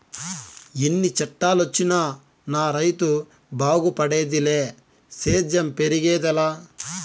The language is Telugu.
ఎన్ని చట్టాలొచ్చినా నా రైతు బాగుపడేదిలే సేద్యం పెరిగేదెలా